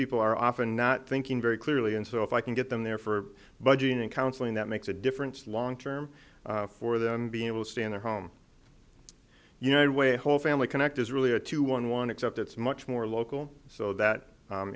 people are often not thinking very clearly and so if i can get them there for budgeting and counseling that makes a difference long term for them being able to stand at home united way whole family connect is really a two one one except it's much more local so that